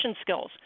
skills